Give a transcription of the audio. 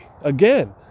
Again